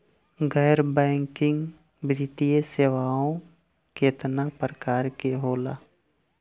गैर बैंकिंग वित्तीय सेवाओं केतना प्रकार के होला?